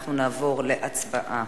אנחנו נעבור להצבעה.